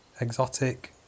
Exotic